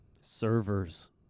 servers